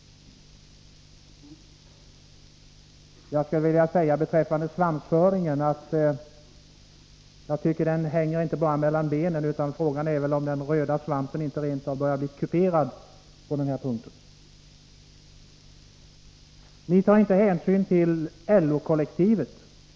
Beträffande svansföringen skulle jag vilja säga, att jag tycker att svansen inte bara hänger mellan benen, utan frågan är om den röda svansen inte har börjat bli kuperad i det här fallet. Ni tar inte hänsyn till LO-kollektivet, säger Evert Svensson.